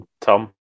Tom